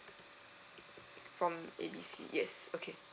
from A B C yes okay